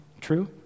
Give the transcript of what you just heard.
true